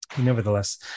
Nevertheless